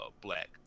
black